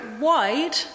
wide